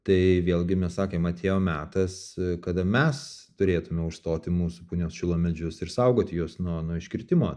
tai vėlgi mes sakėm atėjo metas kada mes turėtume užstoti mūsų punios šilo medžius ir saugoti juos nuo nuo iškirtimo